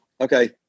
okay